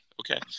Okay